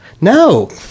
no